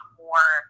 more